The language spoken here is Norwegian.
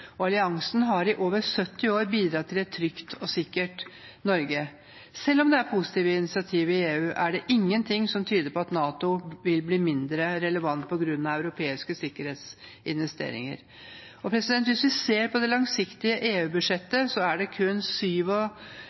Alliansen har i over 70 år bidratt til et trygt og sikkert Norge. Selv om det er positive initiativ i EU, er det ingenting som tyder på at NATO vil bli mindre relevant på grunn av europeiske sikkerhetsinvesteringer. Hvis vi ser på det langsiktige EU-budsjettet, er det kun